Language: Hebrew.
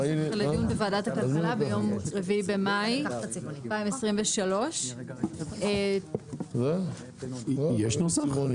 נוסח לדיון בוועדת הכלכלה ביום 04.05.2023. יש נוסח?